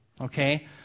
Okay